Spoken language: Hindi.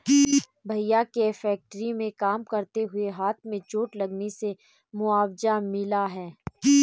भैया के फैक्ट्री में काम करते हुए हाथ में चोट लगने से मुआवजा मिला हैं